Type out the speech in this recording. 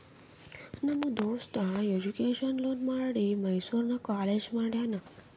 ನಮ್ ದೋಸ್ತ education loan ಮಾಡಿ ಮೈಸೂರು ನಾಗ್ ಕಾಲೇಜ್ ಮಾಡ್ಯಾನ್